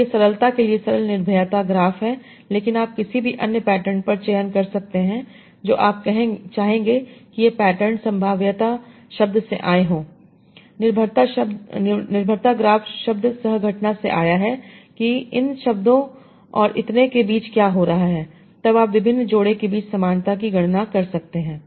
तो ये सरलता के लिए सरल निर्भरता ग्राफ हैं लेकिन आप किसी भी अन्य पैटर्न का चयन कर सकते हैं जो आप चाहेंगे कि ये पैटर्न संभवतया शब्द से आए हों निर्भरता ग्राफ शब्द सह घटना से आया है कि इन शब्दों और इतने के बीच क्या हो रहा है तब आप विभिन्न जोड़े के बीच समानता की गणना कर सकते हैं